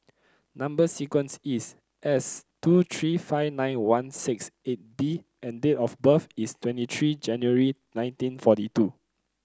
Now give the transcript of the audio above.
number sequence is S two three five nine one six eight B and date of birth is twenty three January nineteen forty two